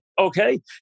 okay